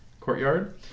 courtyard